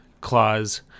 claws